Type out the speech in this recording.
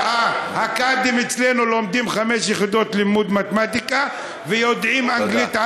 הקאדים אצלנו לומדים חמש יחידות לימוד מתמטיקה ויודעים אנגלית,